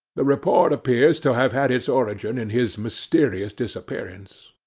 the report appears to have had its origin in his mysterious disappearance.